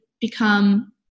become